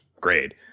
great